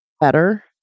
better